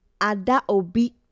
Adaobi